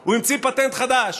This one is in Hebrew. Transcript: הוא המציא פטנט חדש: